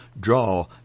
draw